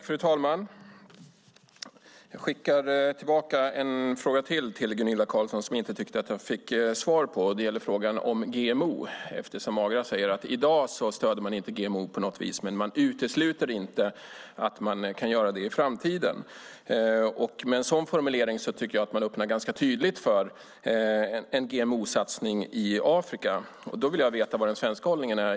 Fru talman! Jag skickar tillbaka ytterligare en fråga till Gunilla Carlsson som jag inte tyckte att jag fick svar på. Det gäller frågan om GMO. Agra säger att man i dag inte stöder GMO på något vis, men man utesluter inte att man kan göra det i framtiden. Med en sådan formulering tycker jag att man öppnar ganska tydligt för en GMO-satsning i Afrika. Jag vill veta vad den svenska hållningen är.